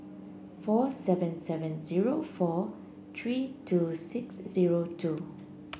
four seven seven zero four three two six zero two